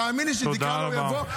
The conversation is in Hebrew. תאמין לי שאם תקרא לו הוא יבוא.